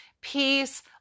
peace